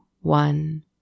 one